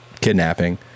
kidnapping